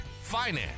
finance